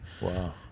Wow